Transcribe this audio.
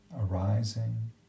arising